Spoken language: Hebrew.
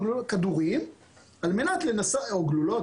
כדורים או גלולות,